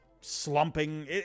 slumping